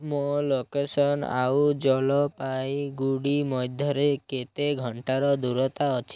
ମୋ ଲୋକେସନ୍ ଆଉ ଜଲପାଇଗୁଡ଼ି ମଧ୍ୟରେ କେତେ ଘଣ୍ଟାର ଦୂରତା ଅଛି